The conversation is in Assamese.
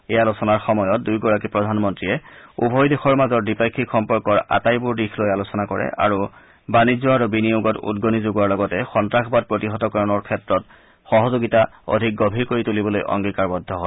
এই আলোচনাৰ সময়ত দুয়োগৰাকী প্ৰধানমন্ত্ৰীয়ে উভয় দেশৰ মাজৰ দ্বিপাক্ষিক সম্পৰ্কৰ আটাইবোৰ দিশ লৈ আলোচনা কৰে আৰু বাণিজ্য আৰু বিনিয়োগত উদগনি যোগোৱাৰ লগতে সন্তাসবাদ প্ৰতিহতকৰণৰ ক্ষেত্ৰত সহযোগিতা অধিক গভীৰ কৰি তুলিবলৈ অংগীকাৰবদ্ধ হয়